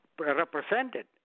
represented